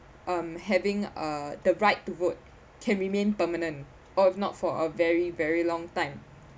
um having uh the right to vote can remain permanent or if not for a very very long time